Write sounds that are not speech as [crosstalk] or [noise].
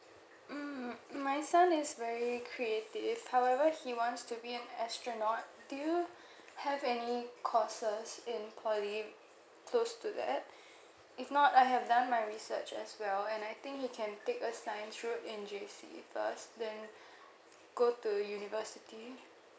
mm my son is very creative however he wants to be an astronaut do you [breath] have any courses in poly close to that [breath] if not I have done my research as well and I think you can take a science route in J_C first then [breath] go to university